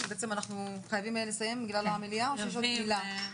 אנחנו חייבים לסיים בגלל המליאה או שיש עוד מילה?